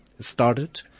started